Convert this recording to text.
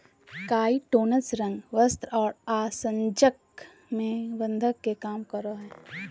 काइटोनस रंग, वस्त्र और आसंजक में बंधक के काम करय हइ